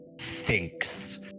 thinks